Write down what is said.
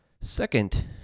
Second